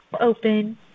open